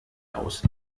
aus